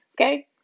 Okay